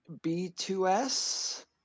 B2S